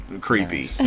creepy